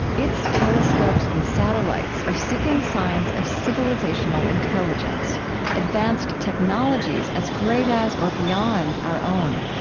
its telescopes and satellites are seeking signs of civilizational intelligence advanced technologies as great as or beyond our own.